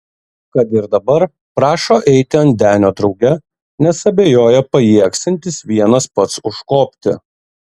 kad ir dabar prašo eiti ant denio drauge nes abejoja pajėgsiantis vienas pats užkopti